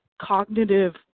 cognitive